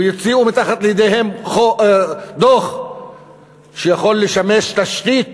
ויוציאו מתחת ידיהם דוח שיוכל לשמש תשתית